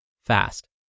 fast